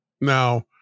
Now